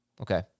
Okay